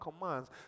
commands